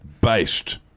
based